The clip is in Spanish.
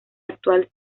actual